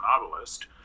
novelist